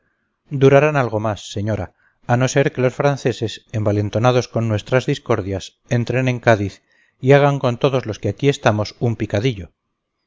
durarán algo más señora a no ser que los franceses envalentonados con nuestras discordias entren en cádiz y hagan con todos los que aquí estamos un picadillo